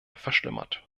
verschlimmert